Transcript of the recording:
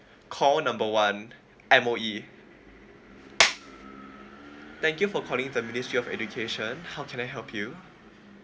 call number one M_O_E thank you for calling the ministry of education how can I help you